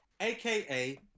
aka